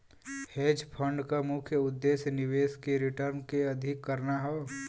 hedge fund क मुख्य उद्देश्य निवेश के रिटर्न के अधिक करना हौ